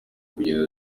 kugenda